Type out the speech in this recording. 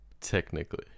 Technically